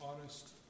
honest